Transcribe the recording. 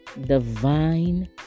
divine